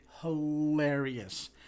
hilarious